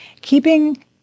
Keeping